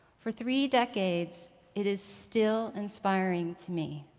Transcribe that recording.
for three decades, it is still inspiring to me.